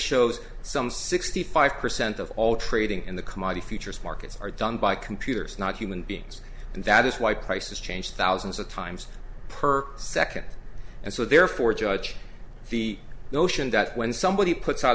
shows some sixty five percent of all trading in the commodity futures markets are done by computers not human beings and that is why prices change thousands of times per second and so therefore judge the notion that when somebody puts out